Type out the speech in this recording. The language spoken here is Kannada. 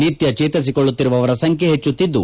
ನಿತ್ಯ ಚೇತರಿಸಿಕೊಳ್ಲುತ್ತಿರುವವರ ಸಂಖ್ನೆ ಹೆಚ್ಲುತಿದ್ದು